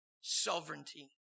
sovereignty